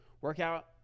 workout